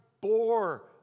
bore